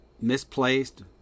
misplaced